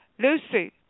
Lucy